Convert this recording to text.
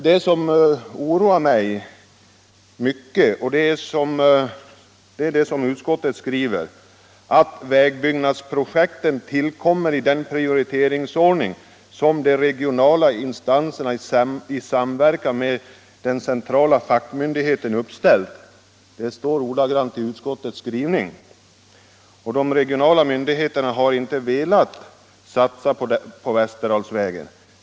Det som oroar mig mycket är det som utskottet skriver om att ”vägbyggnadsobjekten tillkommer i den prioriteringsordning som de regionala instanserna i samverkan med den centrala fackmyndigheten uppställt.” Det står ordagrant så i utskottets skrivning. De regionala myndigheterna har inte velat satsa på Västerdalsvägen.